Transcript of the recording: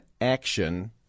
action